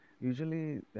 usually